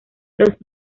los